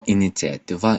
iniciatyva